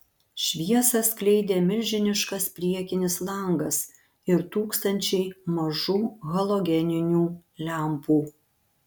šviesą skleidė milžiniškas priekinis langas ir tūkstančiai mažų halogeninių lempų